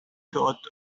thought